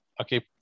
okay